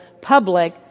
public